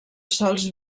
sols